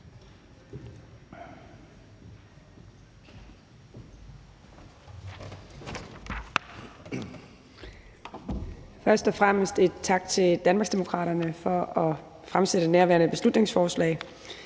Først og fremmest tak til Danmarksdemokraterne for at fremsætte nærværende beslutningsforslag,